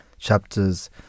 chapters